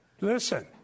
listen